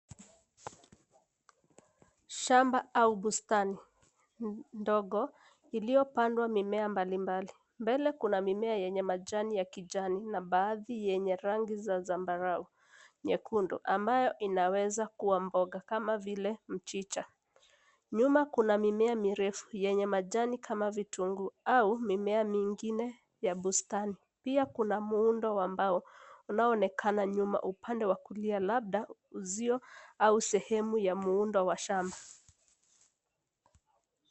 Shamba au bustani ndogo iliyopandwa mimea mbalimbali, mbele kuna mimea yenye majani ya kijani na baadhi yenye rangi za zambarau nyekundu ambayo inaweza kuwa mboga kama vile mchicha ,nyuma kuna mimea mirefu yenye majani kama vitunguu au mimea mengine ya bustani pia kuna muundo ambao unaonekana nyuma upande wa kulia labda uzio au sehemu ya muundo wa shamba.